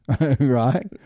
Right